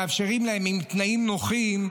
מאפשרים להם עם תנאים נוחים,